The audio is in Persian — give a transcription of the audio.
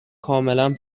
کاملا